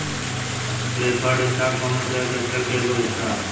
preferred stock कौनो share capital के एगो हिस्सा ह